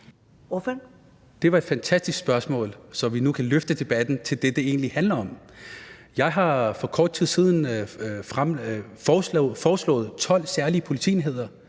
Det var et fantastisk spørgsmål, så vi nu kan løfte debatten til det, det egentlig handler om. Jeg har for kort tid siden foreslået 12 særlige politienheder